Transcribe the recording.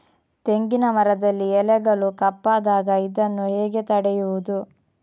ತೆಂಗಿನ ಮರದಲ್ಲಿ ಎಲೆಗಳು ಕಪ್ಪಾದಾಗ ಇದನ್ನು ಹೇಗೆ ತಡೆಯುವುದು?